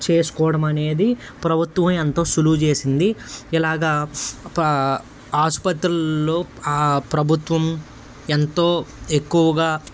చేసుకోవడం అనేది ప్రభుత్వం ఎంతో సులువు చేసింది ఇలాగా పా ఆసుపత్రులలో ప్రభుత్వం ఎంతో ఎక్కువుగా